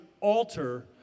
alter